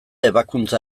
ebakuntza